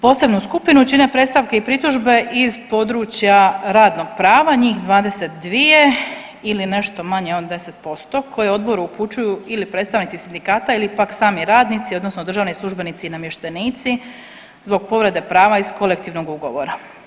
Posebnu skupinu čine predstavke i pritužbe iz područja radnog prava njih 22 ili nešto manje od 10% koje odboru upućuju ili predstavnici sindikata ili pak sami radnici, odnosno državni službenici i namještenici zbog povrede prava iz kolektivnog ugovora.